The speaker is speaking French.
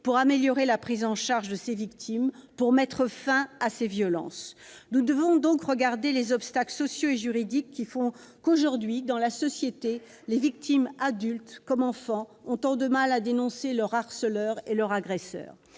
pour améliorer la prise en charge des victimes, pour mettre fin à ces violences. Nous devons donc étudier les obstacles sociaux et juridiques qui font qu'aujourd'hui, dans notre société, les victimes, adultes comme enfants, ont tant de mal à dénoncer leurs harceleurs et leurs agresseurs.